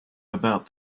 about